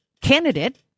candidate